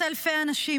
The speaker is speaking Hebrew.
מאות אלפי אנשים,